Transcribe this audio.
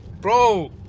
Bro